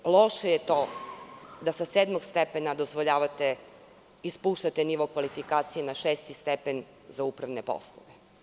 Loše je to da sa sedmog stepena dozvoljavate i spuštate nivo kvalifikacije na šesti stepen za upravne poslove.